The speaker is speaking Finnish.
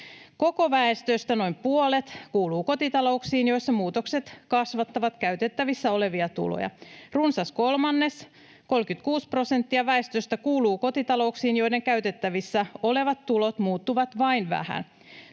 Koko väestöstä noin puolet kuuluu kotitalouksiin, joissa muutokset kasvattavat käytettävissä olevia tuloja. Runsas kolmannes, 36 prosenttia, väestöstä kuuluu kotitalouksiin, joiden käytettävissä olevat tulot muuttuvat vain vähän.